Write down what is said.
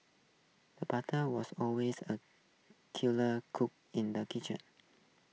the butcher was always A skilled cook in the kitchen